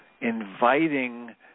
inviting